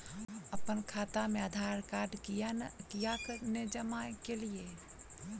अप्पन खाता मे आधारकार्ड कियाक नै जमा केलियै?